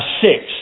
Six